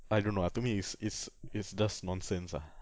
I don't know ah to me it's it's it's just nonsense ah